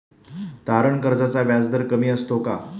तारण कर्जाचा व्याजदर कमी असतो का?